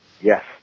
yes